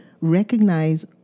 recognize